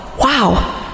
Wow